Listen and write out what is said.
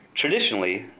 Traditionally